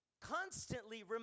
constantly